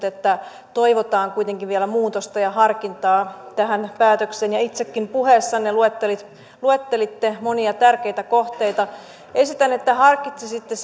että toivotaan kuitenkin vielä muutosta ja harkintaa tähän päätökseen ja itsekin puheessanne luettelitte luettelitte monia tärkeitä kohteita esitän että harkitsisitte